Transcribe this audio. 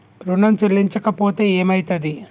ఋణం చెల్లించకపోతే ఏమయితది?